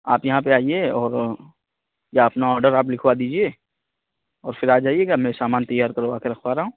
آپ یہاں پہ آئیے اور یا اپنا آڈر آپ لکھوا دیجیے اور پھر آ جائیے گا میں سامان تیار کروا کے رکھوا رہا ہوں